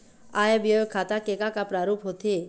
आय व्यय खाता के का का प्रारूप होथे?